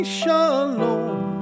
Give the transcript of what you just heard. Shalom